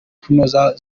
kunoza